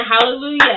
Hallelujah